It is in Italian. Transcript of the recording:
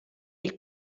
del